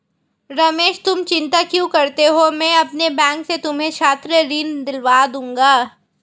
रमेश तुम चिंता क्यों करते हो मैं अपने बैंक से तुम्हें छात्र ऋण दिलवा दूंगा